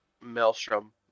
maelstrom